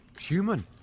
human